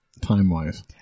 time-wise